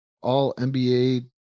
all-NBA